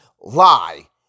Lie